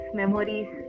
memories